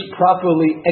properly